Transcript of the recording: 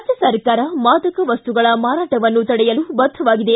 ರಾಜ್ವ ಸರ್ಕಾರ ಮಾದಕ ಮಸ್ತುಗಳ ಮಾರಾಟವನ್ನು ತಡೆಯಲು ಬದ್ದವಾಗಿದೆ